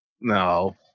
No